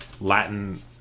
Latin